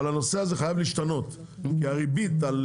אבל הנושא הזה חייב להשתנות כי הריבית על